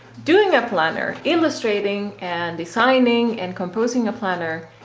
doing a planner illustrating and designing and composing a planner.